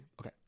Okay